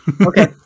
okay